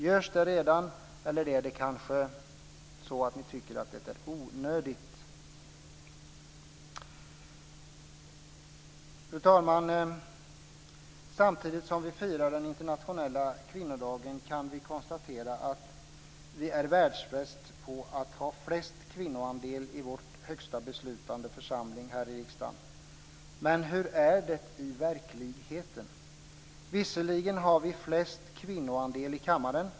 Görs det redan, eller är det kanske så att ni tycker att det är onödigt? Fru talman! Samtidigt som vi firar den internationella kvinnodagen kan vi konstatera att vi är världsbäst på att ha störst kvinnoandel i vår högsta beslutande församling, här i riksdagen. Men hur är det i verkligheten? Visserligen har vi störst kvinnoandel i kammaren.